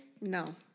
No